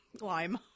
Lime